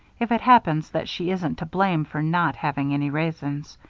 if it happens that she isn't to blame for not having any raisins.